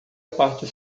parte